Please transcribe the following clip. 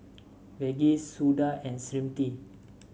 Verghese Suda and Smriti